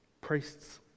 priests